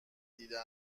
دیده